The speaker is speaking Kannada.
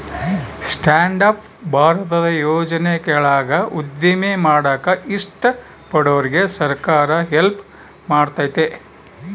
ಸ್ಟ್ಯಾಂಡ್ ಅಪ್ ಭಾರತದ ಯೋಜನೆ ಕೆಳಾಗ ಉದ್ಯಮ ಮಾಡಾಕ ಇಷ್ಟ ಪಡೋರ್ಗೆ ಸರ್ಕಾರ ಹೆಲ್ಪ್ ಮಾಡ್ತತೆ